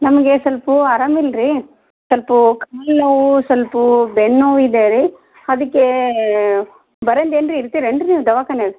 ನಮಗೆ ಸ್ವಲ್ಪ ಅರಾಮು ಇಲ್ಲ ರೀ ಸೊಲ್ಪ ಕಾಲು ನೋವು ಸೊಲ್ಪ ಬೆನ್ನು ನೋವು ಇದೆ ರೀ ಅದಕ್ಕೇ ಬರಂದು ಏನ್ರಿ ಇರ್ತೀರಾ ಏನ್ರಿ ನೀವು ದವಾಖಾನ್ಯಾಗ